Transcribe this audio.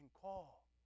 call